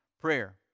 prayer